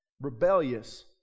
Rebellious